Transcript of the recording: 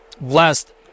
Last